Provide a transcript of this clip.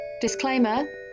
Disclaimer